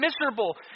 miserable